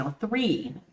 three